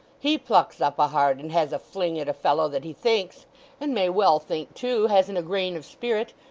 he plucks up a heart and has a fling at a fellow that he thinks and may well think too hasn't a grain of spirit.